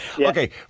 okay